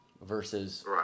versus